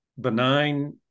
benign